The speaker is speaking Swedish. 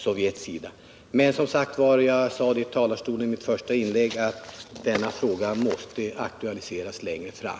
Som jag sade i mitt första inlägg måste denna fråga aktualiseras på nytt längre fram.